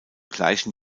gleichen